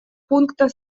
пункта